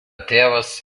tėvas